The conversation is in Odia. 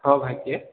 ହଁ ଭାଇ କିଏ